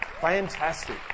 Fantastic